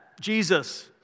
Jesus